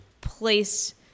place